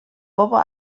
بابا